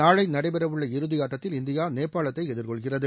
நாளை நடைபெறவுள்ள இறுதி ஆட்டத்தில் இந்தியா நேபாளத்தை எதிர்கொள்கிறது